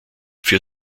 für